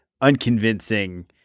unconvincing